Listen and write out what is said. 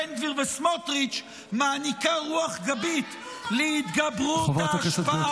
בן גביר וסמוטריץ' מעניקה רוח גבית ----- חברת הכנסת גוטליב.